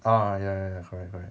ah ya ya ya correct correct